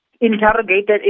interrogated